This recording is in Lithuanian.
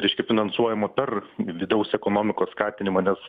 reiškia finansuojama per vidaus ekonomikos skatinimą nes